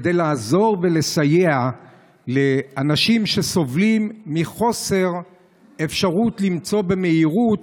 כדי לעזור ולסייע לאנשים שסובלים מחוסר אפשרות למצוא במהירות